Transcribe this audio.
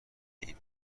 این